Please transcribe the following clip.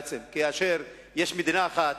כאשר יש מדינה אחת?